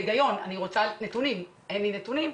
זה ההיגיון שלי, אני רוצה נתונים ואין לי נתונים.